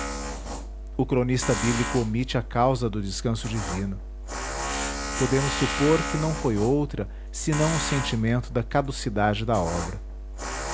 o cronista bíblico omite a causa do descanso divino podemos supor que não foi outra senão o sentimento da caducidade da obra